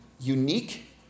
unique